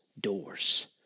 doors